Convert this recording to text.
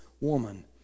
woman